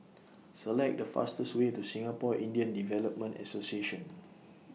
Select The fastest Way to Singapore Indian Development Association